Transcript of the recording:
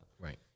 right